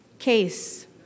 Case